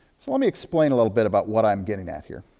so let me explain a little bit about what i'm getting at here.